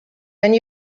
and